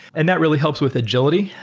and that really helps with agility.